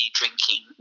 drinking